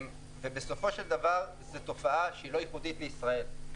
בסופו של דבר, זו תופעה שהיא לא ייחודית לישראל.